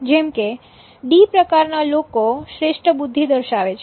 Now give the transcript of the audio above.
જેમ કે ડી પ્રકારના લોકો શ્રેષ્ઠ બુદ્ધિ દર્શાવે છે